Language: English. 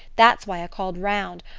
that's why i called round.